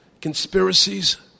Conspiracies